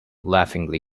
laughingly